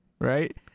Right